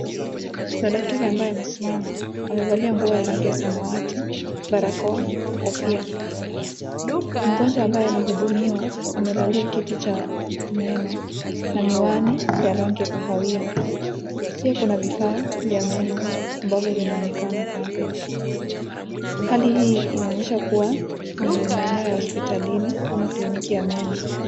Kuna daktari ambaye amesimama. Amevalia nguo ya rangi ya samawati, barakoa na kofia. Mgonjwa ambaye anahudumiwa, amelalia kiti cha meno na miwani ya rangi ya kahawia. Pia kuna vifaa vya meno ambavyo vinaonekana kando. Hali hii inaonyesha kuwa ni maeneo ya hospitalini ama kliniki ya meno.